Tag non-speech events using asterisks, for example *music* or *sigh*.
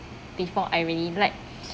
before I really like *noise*